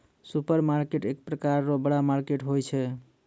supermarket एक प्रकार रो बड़ा मार्केट होय छै